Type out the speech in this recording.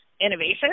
innovation